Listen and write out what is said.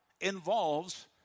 involves